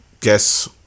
guess